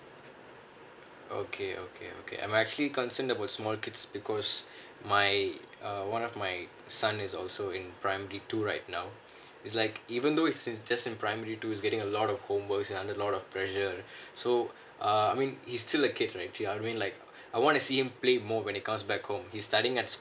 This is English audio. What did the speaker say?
okay okay okay I'm actually concerned about small kids because my uh one of my son is also in primary two right now it's like even though he's just in primary two he's getting a lot of homework and he is under a lot of pressure so uh I mean he is still a kid right I mean like I wanna see me play more when he comes back home he studying at